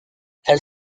elle